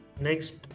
Next